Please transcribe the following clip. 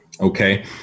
okay